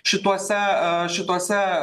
šituose šitose